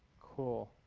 cool